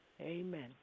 Amen